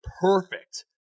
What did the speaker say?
perfect